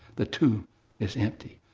the tomb is empty.